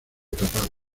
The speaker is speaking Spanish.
tapa